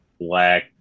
black